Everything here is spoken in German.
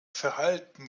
verhalten